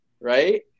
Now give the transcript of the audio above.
right